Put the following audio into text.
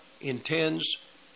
intends